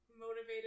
motivated